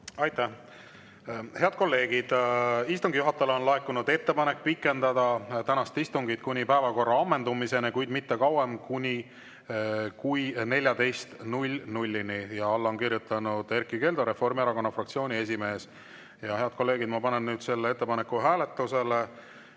Aitäh! Head kolleegid! Istungi juhatajale on laekunud ettepanek pikendada tänast istungit kuni päevakorra ammendumiseni, kuid mitte kauem kui kella 14‑ni. Alla on kirjutanud Erkki Keldo, Reformierakonna fraktsiooni esimees. Head kolleegid, ma panen nüüd selle ettepaneku hääletusele.